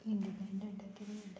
इंडिपेंडंटाक कितें म्हूणटा